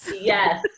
yes